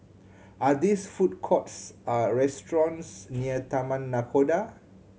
are these food courts a restaurants near Taman Nakhoda